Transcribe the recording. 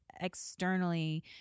externally